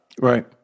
Right